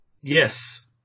Yes